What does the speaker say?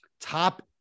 top